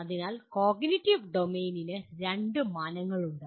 അതിനാൽ കോഗ്നിറ്റീവ് ഡൊമെയ്നിന് രണ്ട് മാനങ്ങളുണ്ട്